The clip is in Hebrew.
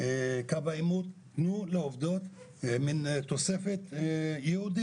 חשוב להבין מה עובר על עובד סוציאלי כזה או אחר,